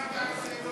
מה תעשה לו?